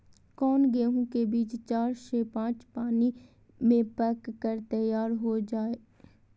कौन गेंहू के बीज चार से पाँच पानी में पक कर तैयार हो जा हाय?